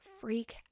freak